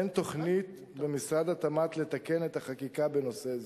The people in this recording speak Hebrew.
אין תוכנית במשרד התמ"ת לתקן את החקיקה בנושא זה.